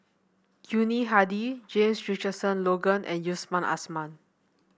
Yuni Hadi James Richardson Logan and Yusman Aman